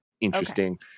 Interesting